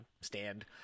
stand